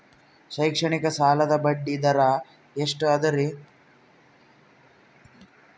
ಶೈಕ್ಷಣಿಕ ಸಾಲದ ಬಡ್ಡಿ ದರ ಎಷ್ಟು ಅದರಿ?